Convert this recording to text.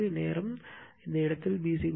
நேரம் இந்த இடத்தில் B 0